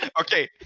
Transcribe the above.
Okay